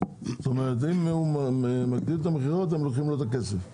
אם הוא מגדיל את המכירות אז לוקחים לו את הכסף.